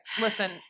Listen